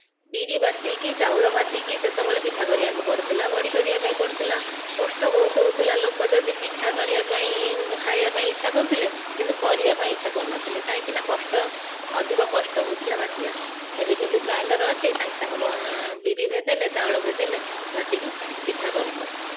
ବିରି ବାଟିକି ଚାଉଳ ବାଟିକି ସେତେବେଳେ ପିଠା କରିବାକୁ ପଡ଼ୁଥିଲା ବଡ଼ି କରିବାକୁ ପଡ଼ୁଥିଲା କଷ୍ଟ ବହୁତ ହେଉଥିଲା ଲୋକ ଯଦି ପିଠା କରିବାପାଇଁ ଖାଇବାପାଇଁ ଇଚ୍ଛା କରୁଥିଲେ କିନ୍ତୁ କରିବାପାଇଁ ଇଚ୍ଛା କରୁନଥିଲେ କାହିଁକିନା କଷ୍ଟ ଅଧିକ କଷ୍ଟ ହେଉଥିଲା ବାଟିବାପାଇଁ ଏବେ କିନ୍ତୁ ଗ୍ରାଇଣ୍ଡର୍ ଅଛି ସାଙ୍ଗେସାଙ୍ଗେ ବିରି ଭେଦିଲେ ଚାଉଳ ଭେଦିଲେ ବାଟିକି ପିଠା କରିଲେ